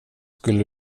skulle